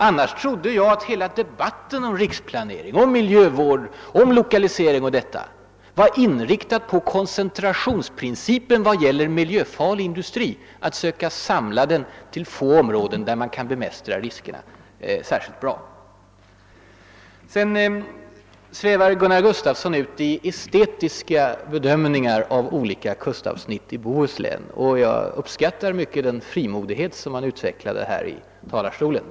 Jag trodde annars att hela debatten om riksplanering, miljövård och lokalisering var inriktad på koncentrationsprincipen vad gäller miljöfarlig industri, alltså att försöka samla den till få områden, där man kan bemästra riskerna bättre. Sedan svävade Gunnar Gustafsson ut i estetiska bedömningar av olika kustavsnitt i Bohuslän. Jag uppskattade mycket den frimodighet som han då utvecklade.